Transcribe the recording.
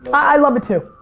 i love it, too.